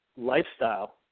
lifestyle